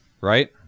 right